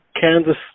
Kansas